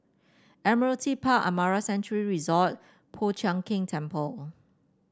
Admiralty Park Amara Sanctuary Resort Po Chiak Keng Temple